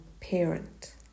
Parent